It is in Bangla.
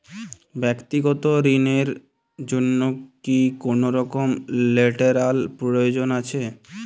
ব্যাক্তিগত ঋণ র জন্য কি কোনরকম লেটেরাল প্রয়োজন আছে?